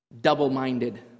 double-minded